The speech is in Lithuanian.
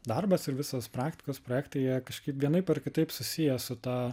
darbas ir visos praktikos projektai jie kažkaip vienaip ar kitaip susiję su ta